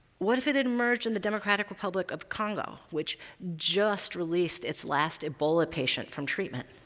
what if it had emerged in the democratic republic of congo, which just released its last ebola patient from treatment?